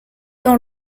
dans